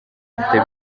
afite